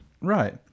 Right